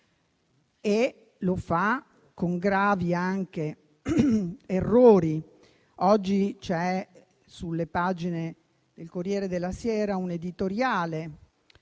e lo fa anche con gravi errori. Oggi c'è sulle pagine del «Corriere della Sera» un editoriale